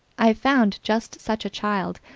i found just such a child,